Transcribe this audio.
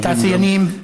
ותעשיינים.